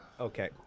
okay